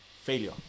failure